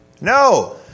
No